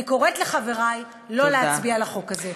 אני קוראת לחברי לא להצביע על החוק הזה.